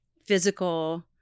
physical